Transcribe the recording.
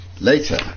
Later